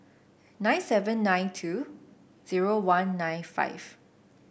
nine seven nine two zero one nine five